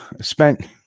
spent